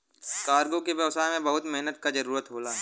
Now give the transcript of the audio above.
cargo के व्यवसाय में बहुत मेहनत क जरुरत होला